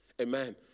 Amen